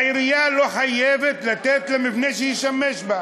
העירייה לא חייבת לתת לה מבנה שישמש אותה.